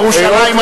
ירושלים עדיפה.